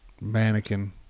mannequin